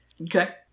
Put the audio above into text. Okay